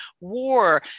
war